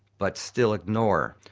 but still ignore.